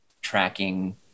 tracking